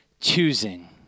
choosing